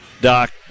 Doc